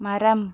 மரம்